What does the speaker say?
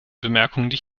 bemerkungen